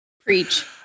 preach